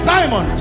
Simon